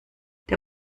der